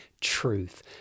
truth